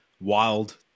wild